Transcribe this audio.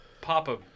Papa